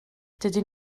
dydyn